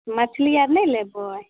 मछली आर नहि लेबै